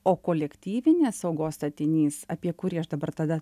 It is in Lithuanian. o kolektyvinės saugos statinys apie kurį aš dabar tada